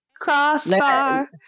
crossbar